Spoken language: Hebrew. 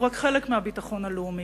הוא רק חלק מהביטחון הלאומי.